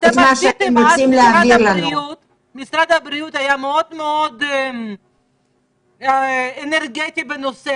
משרד הבריאות היה מאוד-מאוד אנרגטי בנושא